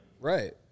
Right